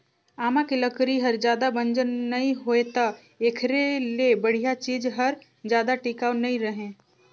आमा के लकरी हर जादा बंजर नइ होय त एखरे ले बड़िहा चीज हर जादा टिकाऊ नइ रहें